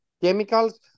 chemicals